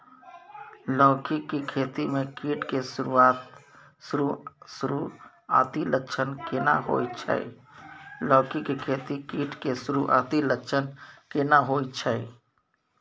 लौकी के खेती मे कीट के सुरूआती लक्षण केना होय छै?